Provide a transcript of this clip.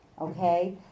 okay